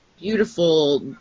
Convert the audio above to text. beautiful